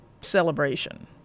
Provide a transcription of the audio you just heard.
celebration